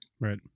right